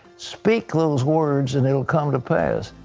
speak those words and they will come to pass.